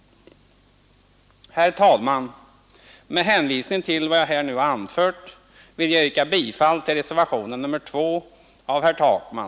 Herr talman! Med hänvisning till vad jag här nu anfört vill jag yrka bifall till reservationen 2 av herr Takman.